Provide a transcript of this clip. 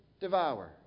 devour